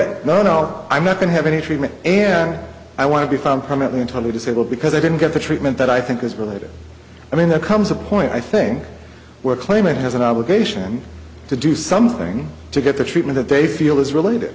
it no no i'm not going to have any treatment and i want to be found permanently entirely disabled because i didn't get the treatment that i think is related i mean there comes a point i think where claimant has an obligation to do something to get the treatment that they feel is related